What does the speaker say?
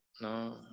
no